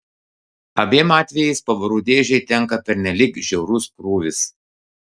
abiem atvejais pavarų dėžei tenka pernelyg žiaurus krūvis